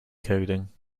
coding